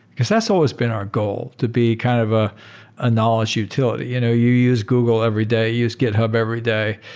because that's always been our goal, to be kind of a ah knowledge utility. you know you use google every day. you use github every day.